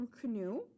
Canoe